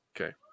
Okay